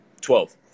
twelve